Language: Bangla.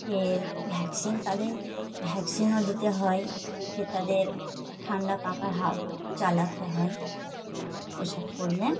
ফের ভ্যাকসিন তাদের ভ্যাকসিনও দিতে হয় ফের তাদের ঠান্ডা পাখার হাওয়া চালাতে হয় ওসব করলে